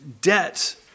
debt